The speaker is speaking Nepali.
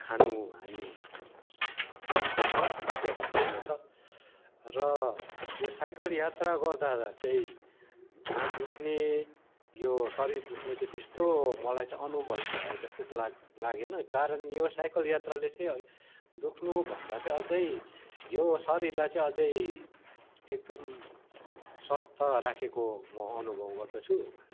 खानु हामी स् पर्छ बाध्यता पर्दछ र यो साइकल यात्रा गर्दा चै ढाड दुख्ने यो शरीर दुख्ने चाहिँ त्यस्तो मलाई चाहिँ अनुभव भए जस्तो चाहिँ लाग् लागेन कारण यो साइकल यात्राले चाहिँ दुख्नुभन्दा चाहिँ अझै यो शरीरलाई चाहिँ अझै एकदम स्वास्थ राखेको म अनुभव गर्दछु